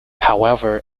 however